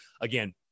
again